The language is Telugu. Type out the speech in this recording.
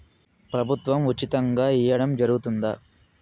ప్రభుత్వం ఉచితంగా ఇయ్యడం జరుగుతాదా?